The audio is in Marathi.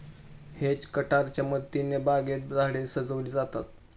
हेज कटरच्या मदतीने बागेत झाडे सजविली जातात